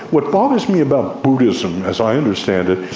what bothers me about buddhism, as i understand it,